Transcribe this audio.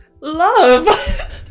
love